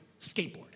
skateboard